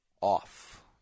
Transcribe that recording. off